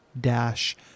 Dash